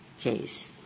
case